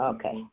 Okay